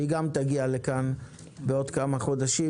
שהיא גם תגיע לכאן בעוד כמה חודשים,